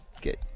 good